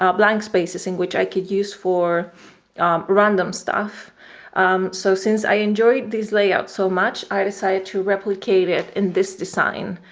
ah blank spaces in which i could use for random stuff so since i enjoyed this layout so much i decided to replicate it in this design,